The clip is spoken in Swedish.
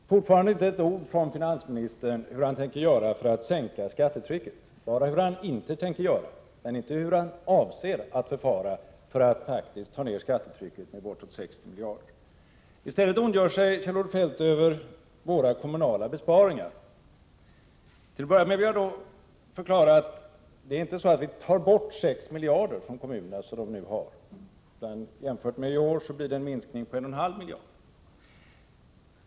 Fru talman! Fortfarande inte ett ord från finansministern om vad han tänker göra för att sänka skattetrycket. Han talar bara om hur han inte tänker göra men inte hur han avser att förfara för att faktiskt ta ned skattetrycket med bortåt 60 miljarder kronor. I stället ondgör sig Kjell-Olof Feldt över de kommunala besparingar som vi vill genomföra. Till att börja med vill jag förklara att vi inte kommer att ta ifrån kommunerna 6 miljarder kronor som de nu har, utan jämfört med i år blir det en minskning med 1,5 miljarder kronor.